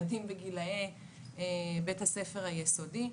אלה ילדים בגילי בית הספר היסודי.